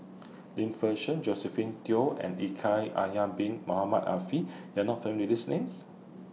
Lim Fei Shen Josephine Teo and Shaikh Yahya Bin Ahmed Afifi YOU Are not Find These Names